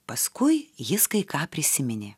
paskui jis kai ką prisiminė